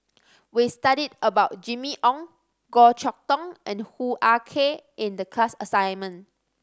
we studied about Jimmy Ong Goh Chok Tong and Hoo Ah Kay in the class assignment